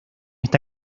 esa